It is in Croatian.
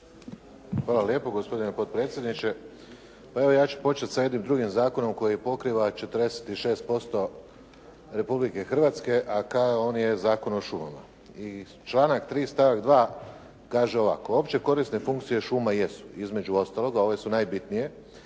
Hvala lijepo gospodine potpredsjedniče. Pa evo ja ću početi sa jednim drugim zakonom koji pokriva 46% Republike Hrvatske, a on je Zakon o šumama, i članak 3. stavak 2. kaže ovako opće korisne funkcije šuma jesu, između ostaloga, ove su najbitnije